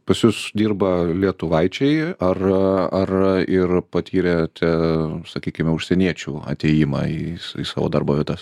pas jus dirba lietuvaičiai ar ir patyrėte sakykime užsieniečių atėjimą į savo darbo vietas